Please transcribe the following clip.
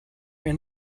and